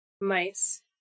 mice